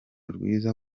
rwiza